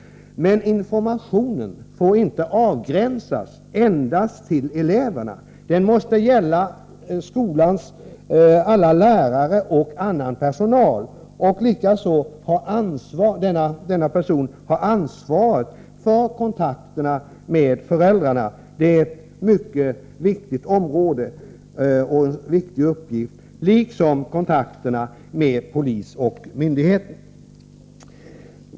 Men informationen får inte begränsas endast till eleverna. Den måste ges också till skolans alla lärare och annan personal. Den lärare som utses skall likaså ha ansvaret för kontakterna med föräldrarna — en mycket viktig uppgift — och för kontakterna med polis och myndigheter.